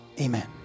Amen